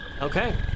Okay